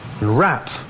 wrap